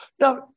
Now